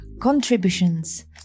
contributions